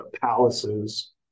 palaces